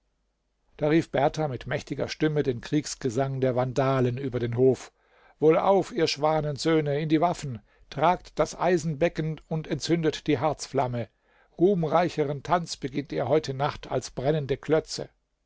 da rief berthar mit mächtiger stimme den kriegsgesang der vandalen über den hof wohlauf ihr schwanensöhne in die waffen tragt das eisenbecken und entzündet die harzflamme ruhmreicheren tanz beginnt ihr heute nacht als brennende klötze